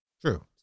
True